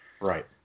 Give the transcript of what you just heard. right